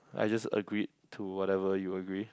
I just agreed to whatever you agree